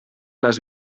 les